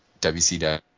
WCW